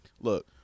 Look